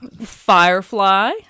firefly